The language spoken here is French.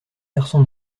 garçon